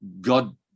God